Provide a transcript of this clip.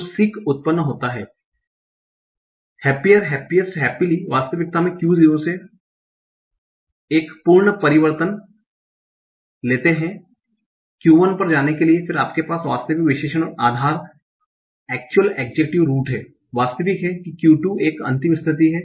तो sick उत्पन्न होता है happier happiest happily वास्तविकता मे Q0 से एक पूर्ण परिवर्तन लेते हो Q1 पर जाने के लिए फिर आपके पास वास्तविक विशेषण आधार है वास्तविक है कि Q 2 एक अंतिम स्थिति है